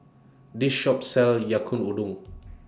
This Shop sells Yaki Udon